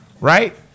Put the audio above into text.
Right